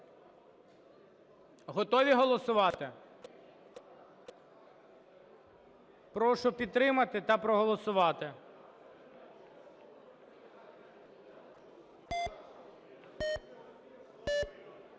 Готові голосувати? Прошу підтримати та проголосувати.